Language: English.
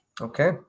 Okay